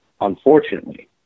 unfortunately